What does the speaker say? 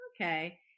Okay